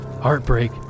Heartbreak